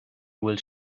bhfuil